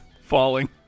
falling